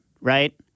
right